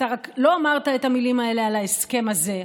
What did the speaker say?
אתה רק לא אמרת את המילים האלה על ההסכם הזה.